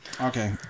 Okay